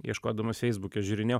ieškodamas feisbuke žiūrinėjau